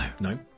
No